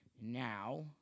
Now